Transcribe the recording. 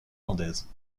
landaise